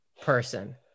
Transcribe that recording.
person